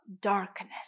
darkness